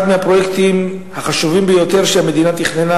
מהפרויקטים החשובים ביותר שהמדינה תכננה,